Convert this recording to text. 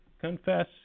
Confess